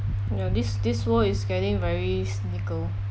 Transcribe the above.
ya this this world is getting very cynical